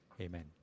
Amen